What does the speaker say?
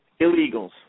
illegals